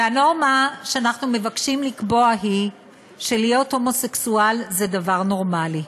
והנורמה שאנחנו מבקשים לקבוע היא שלהיות הומוסקסואל זה דבר נורמלי.